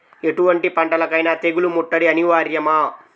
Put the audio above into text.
ఎటువంటి పంటలకైన తెగులు ముట్టడి అనివార్యమా?